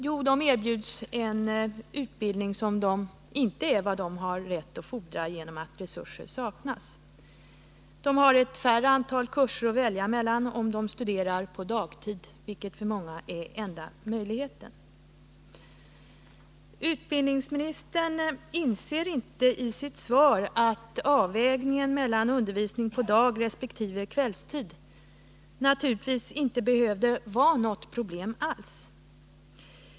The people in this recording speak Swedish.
Jo, de erbjuds en utbildning som på grund av att resurser saknas inte är vad de har rätt att fordra. De har ett färre antal kurser att välja mellan om de studerar på dagtid, vilket för många är enda möjligheten. Nr 98 Utbildningsministern inser inte i sitt svar att avvägningen mellan Måndagen den undervisning på dagresp. kvällstid naturligtvis inte behövde vara något 10 mars 1980 problem alls.